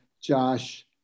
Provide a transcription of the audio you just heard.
Josh